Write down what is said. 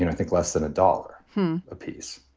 you know think less than a dollar apiece.